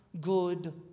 good